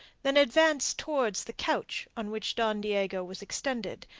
then advanced towards the couch on which don diego was extended,